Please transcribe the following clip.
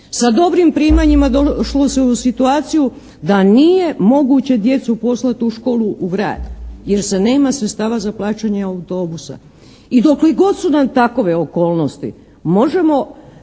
Sa dobrim primanjima došlo se u situaciju da nije moguće djecu poslati u školu u grad jer se nema sredstava za plaćanje autobusa. I dokle god su nam takove okolnosti možemo